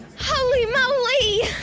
holly molly!